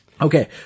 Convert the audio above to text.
Okay